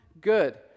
good